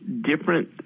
different